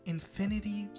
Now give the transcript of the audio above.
Infinity